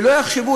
שלא יחשבו,